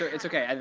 it's ok.